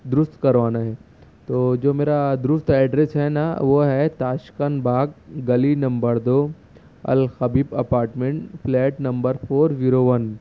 درست کروانا ہے تو جو میرا درست ایڈریس ہے نا وہ ہے تاشکن باگ گلی نمبر دو الخبیب apartment flat number four zero one